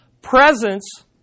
presence